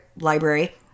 library